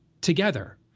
together